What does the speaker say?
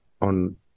on